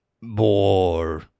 more